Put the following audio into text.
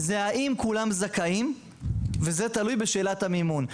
האם כולם זכאים וזה תלוי בשאלת המימון.